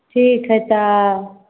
ठीक हइ तऽ आउ